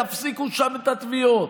תפסיקו שם את התביעות.